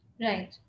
Right